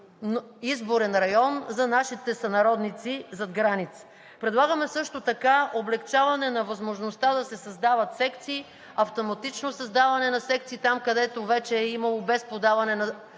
изборен район за нашите сънародници зад граница. Предлагаме също така облекчаване на възможността да се създават секции, автоматично създаване на секции там, където вече е имало, без подаване на